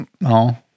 no